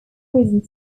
prison